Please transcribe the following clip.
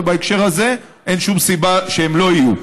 ובהקשר הזה אין שום סיבה שהם לא יהיו.